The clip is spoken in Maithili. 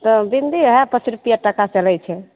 तऽ बिन्दी हइ पाॅंच रुपैआ टाका सँ लै छै